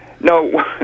No